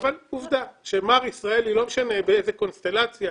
אבל עובדה שמר ישראלי, לא משנה באיזו קונסטלציה